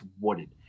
wooded